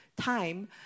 time